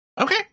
Okay